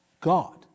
God